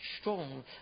strong